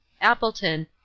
Appleton